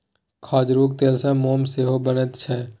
खजूरक तेलसँ मोम सेहो बनैत छै